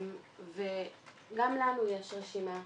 גם לנו יש רשימה.